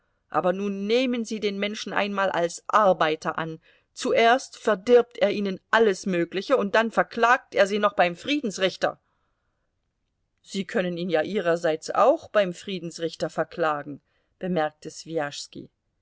aber nun nehmen sie den menschen einmal als arbeiter an zuerst verdirbt er ihnen alles mögliche und dann verklagt er sie noch beim friedensrichter sie können ihn ja ihrerseits auch beim friedensrichter verklagen bemerkte